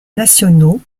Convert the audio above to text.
nationaux